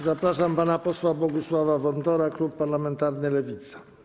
Zapraszam pana posła Bogusława Wontora, klub parlamentarny Lewicy.